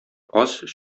каз